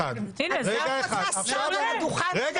רוצה שר על הדוכן שיגיד את זה.